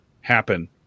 happen